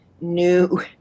new